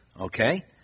Okay